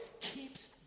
keeps